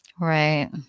Right